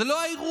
זה לא האירוע.